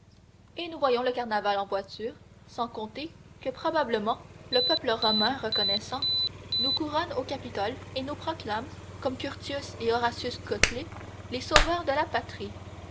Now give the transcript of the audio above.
et nous voyons le carnaval en voiture sans compter que probablement le peuple romain reconnaissant nous couronne au capitole et nous proclame comme curtius et horatius coclès les sauveurs de la patrie